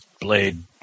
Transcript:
Blade